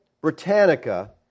Britannica